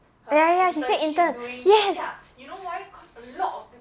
ya ya she say intern yes